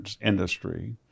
industry